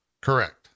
Correct